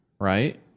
Right